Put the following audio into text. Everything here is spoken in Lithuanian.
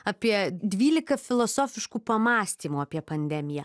apie dvylika filosofiškų pamąstymų apie pandemiją